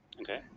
Okay